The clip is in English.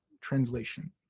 translation